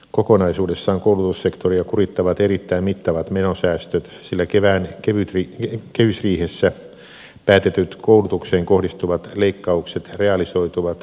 kokonaisuudessaan koulutussektoria kurittavat erittäin mittavat menosäästöt sillä kevään kehysriihessä päätetyt koulutukseen kohdistuvat leikkaukset realisoituvat talousarvioesityksessä